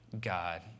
God